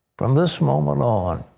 from this moment on.